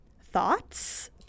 Thoughts